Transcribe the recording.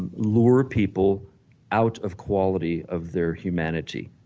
and lure people out of quality of their humanity,